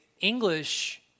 English